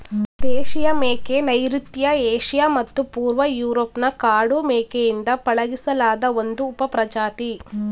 ದೇಶೀಯ ಮೇಕೆ ನೈಋತ್ಯ ಏಷ್ಯಾ ಮತ್ತು ಪೂರ್ವ ಯೂರೋಪ್ನ ಕಾಡು ಮೇಕೆಯಿಂದ ಪಳಗಿಸಿಲಾದ ಒಂದು ಉಪಪ್ರಜಾತಿ